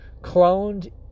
cloned